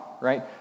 right